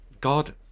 God